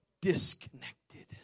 disconnected